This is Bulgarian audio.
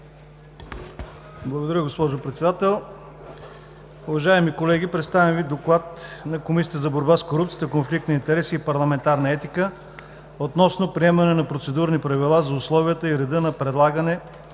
Благодаря, госпожо Председател. Уважаеми колеги, представям Ви: „ДОКЛАД на Комисията за борба с корупцията, конфликт на интереси и парламентарна етика относно приемане на Процедурни правила за условията и реда за предлагане